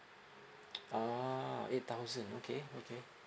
ah eight thousand okay okay